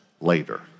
later